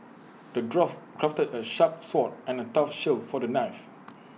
the dwarf crafted A sharp sword and A tough shield for the knife